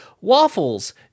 waffles